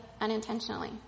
unintentionally